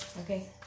okay